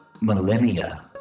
millennia